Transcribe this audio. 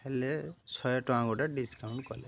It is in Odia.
ହେଲେ ଶହେ ଟଙ୍କା ଗୋଟେ ଡିସ୍କାଉଣ୍ଟ କଲେ